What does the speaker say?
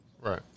Right